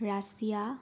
Russia